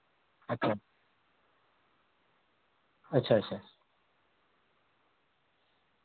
اچھا اچھا اچھا